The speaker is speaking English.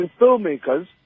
filmmakers